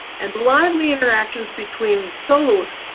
and lively interactions between soloists,